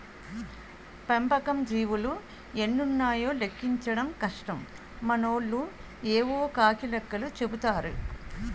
పెంపకం జీవులు ఎన్నున్నాయో లెక్కించడం కష్టం మనోళ్లు యేవో కాకి లెక్కలు చెపుతారు